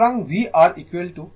সুতরাং vR I R